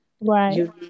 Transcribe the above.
Right